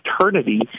eternity